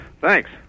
Thanks